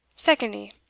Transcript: secondly,